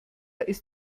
ist